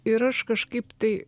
ir aš kažkaip tai